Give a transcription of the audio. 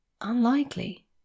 Unlikely